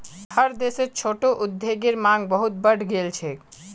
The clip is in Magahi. हर देशत छोटो उद्योगेर मांग बहुत ज्यादा बढ़ गेल छेक